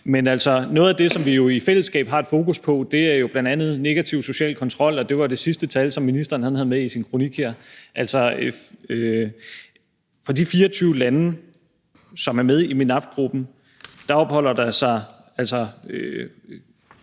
Noget af det, som vi jo i fællesskab har et fokus på, er jo negativ social kontrol. Og det var det sidste tal, som ministeren havde med i sin kronik, altså at der i forhold til de 24 lande, der er med i MENAPT-gruppen, er langt